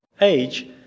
age